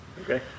okay